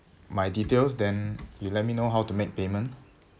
my details then you let me know how to make payment